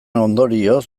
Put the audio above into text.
ondorioz